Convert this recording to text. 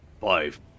Five